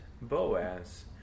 Boaz